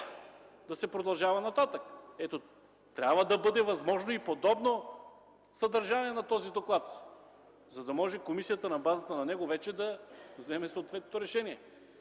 да се продължава нататък”. Трябва да бъде възможно и подобно съдържание на този доклад, за да може комисията на базата на него да вземе съответното решение,